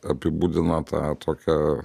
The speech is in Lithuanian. apibūdina tą tokią